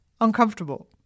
uncomfortable